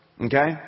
Okay